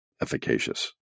efficacious